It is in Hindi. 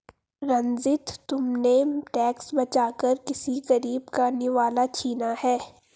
रंजित, तुमने टैक्स बचाकर किसी गरीब का निवाला छीना है